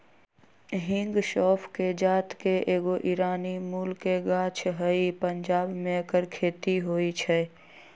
हिंग सौफ़ कें जात के एगो ईरानी मूल के गाछ हइ पंजाब में ऐकर खेती होई छै